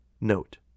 Note